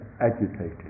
agitated